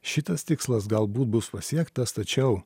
šitas tikslas galbūt bus pasiektas tačiau